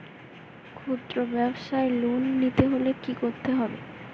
খুদ্রব্যাবসায় লোন নিতে হলে কি করতে হবে?